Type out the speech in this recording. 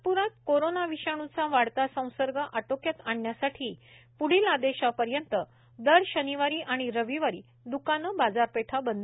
नागप्रात कोरोंना विषाणूचा वाढता संसर्ग आटोक्यात आणण्यासाठी प्ढील आदेशापर्यंत दर शनिवारी आणि रविवारी द्कानं बाजारपेठा बंद